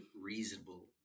reasonable